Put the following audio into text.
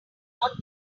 ought